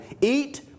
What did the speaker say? Eat